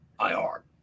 IR